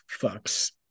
fucks